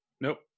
Nope